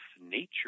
nature